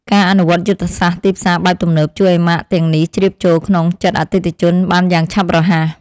ការអនុវត្តយុទ្ធសាស្ត្រទីផ្សារបែបទំនើបជួយឱ្យម៉ាកទាំងនេះជ្រាបចូលក្នុងចិត្តអតិថិជនបានយ៉ាងឆាប់រហ័ស។